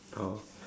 oh